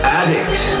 addicts